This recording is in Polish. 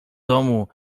domu